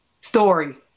story